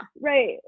right